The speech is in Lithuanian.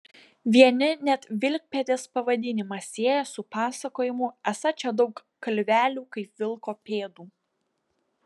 vieni net vilkpėdės pavadinimą sieja su pasakojimu esą čia daug kalvelių kaip vilko pėdų